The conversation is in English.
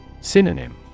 Synonym